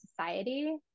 society